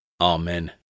Amen